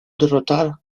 derrotar